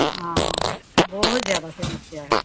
ਹਾਂ ਹਾਂ ਬਹੁਤ ਜ਼ਿਆਦਾ ਫੇਮਸ ਹੈ